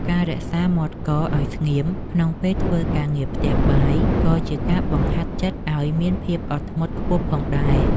ការរក្សាមាត់កឱ្យស្ងៀមក្នុងពេលធ្វើការងារផ្ទះបាយក៏ជាការបង្ហាត់ចិត្តឱ្យមានភាពអត់ធ្មត់ខ្ពស់ផងដែរ។